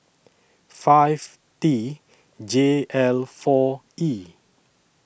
five T J L four E